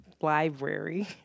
library